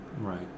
Right